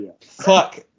Fuck